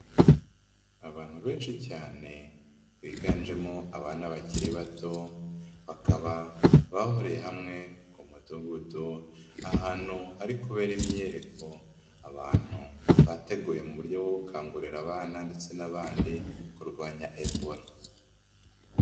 Abantu benshi cyane biganjemo abana bakiri bato bakaba bahuriye hamwe ku mudugudu, ahantu ahari kubera imyiyereko abantu bateguye mu buryo bwo gukangurira abana ndetse n'abandi kurwanya ebola.